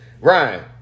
Ryan